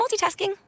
multitasking